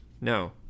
No